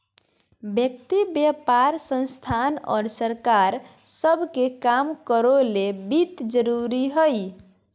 व्यक्ति व्यापार संस्थान और सरकार सब के काम करो ले वित्त जरूरी हइ